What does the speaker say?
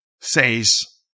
says